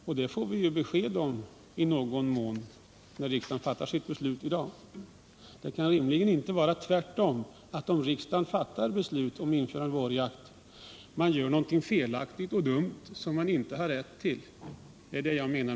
Och den synen får vi ju besked om i någon mån när riksdagen fattar sitt beslut i dag. Det kan rimligen inte vara tvärtom, att om riksdagen fattar beslut om införande av vårjakt, så gör riksdagen något felaktigt och dumt som den inte har rätt till.